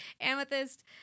amethyst